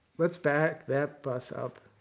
let's back that bus up.